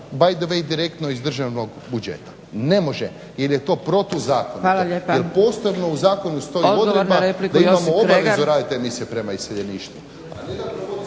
by the way direktno iz državnog budžeta. Ne može, jer je to protuzakonito. Jer posebno u zakonu stoji odredba da imamo obavezu raditi emisije prema iseljeništvu.